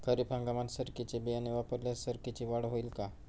खरीप हंगामात सरकीचे बियाणे वापरल्यास सरकीची वाढ होईल का?